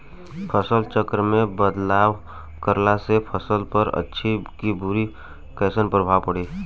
फसल चक्र मे बदलाव करला से फसल पर अच्छा की बुरा कैसन प्रभाव पड़ी?